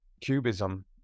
cubism